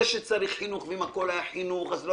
זה שצריך חינוך ואם הכול היה חינוך אז לא